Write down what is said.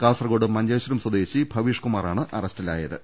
കാസർകോട് മഞ്ചേശ്വരം സ്വദേശി ഭവീഷ് കുമാറാണ് അറസ്റ്റിലായത്